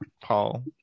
Paul